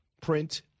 print